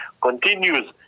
continues